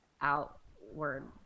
outward